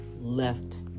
left